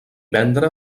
vendre